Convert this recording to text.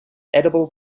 edible